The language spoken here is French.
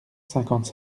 cinquante